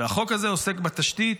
והחוק הזה עוסק בתשתית.